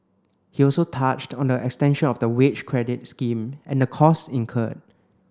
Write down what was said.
he also touched on the extension of the wage credit scheme and the costs incurred